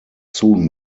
soon